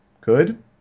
good